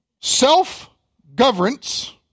Self-governance